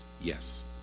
yes